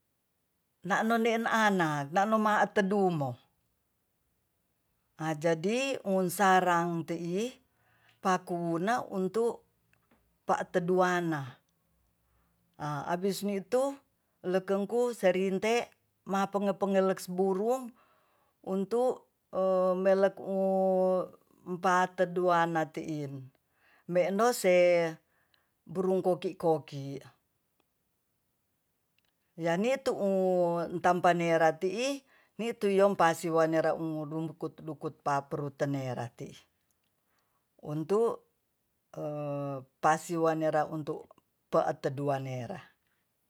Na nonden ana na nomaa tedumo a jadi ungsarang tei pakuuna untu pateduana a abis nitu lekengku serinte mapengeleks-pengeleks burung untu melek u pateduana tiin me'nose burung koki-koki yani tuu tampanera tii nituyong pasi wanera u dukut-dukut paprut tenera tii untu pasi wanera untuk pa'tedua wanera